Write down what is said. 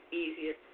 easier